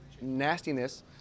nastiness